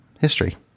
history